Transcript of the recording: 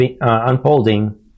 unfolding